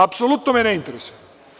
Apsolutno me ne interesuje.